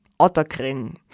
Otterkring